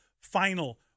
final